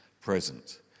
present